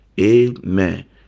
Amen